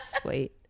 Sweet